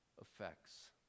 effects